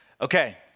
Okay